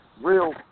real